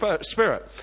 Spirit